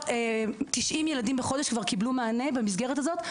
90 ילדים בחודש כבר קיבלו מענה במסגרת הזאת.